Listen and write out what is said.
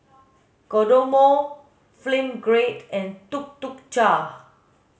Kodomo Film Grade and Tuk Tuk Cha